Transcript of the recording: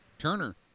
Turner